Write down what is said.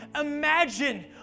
imagine